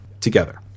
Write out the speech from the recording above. together